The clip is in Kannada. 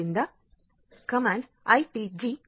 ಆದ್ದರಿಂದ ಕಮಾಂಡ್ "ITGDec